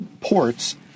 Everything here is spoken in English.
ports